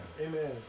Amen